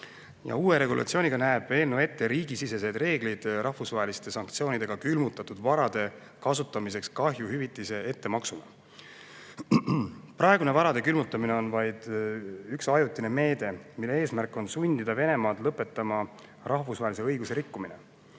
Uue regulatsiooniga näeb eelnõu ette riigisiseseid reegleid rahvusvaheliste sanktsioonidega külmutatud varade kasutamiseks kahjuhüvitise ettemaksuna. Praegune varade külmutamine on vaid üks ajutine meede, mille eesmärk on sundida Venemaad lõpetama rahvusvahelise õiguse rikkumine.